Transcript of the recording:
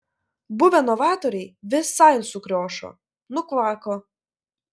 buvę novatoriai visai sukriošo nukvako